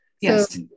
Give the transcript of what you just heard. Yes